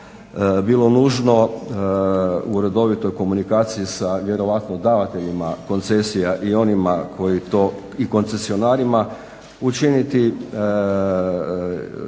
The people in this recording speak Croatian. bilo nužno u redovitoj komunikaciji sa vjerojatno davateljima koncesija i koncesionarima učiniti